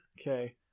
Okay